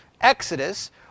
Exodus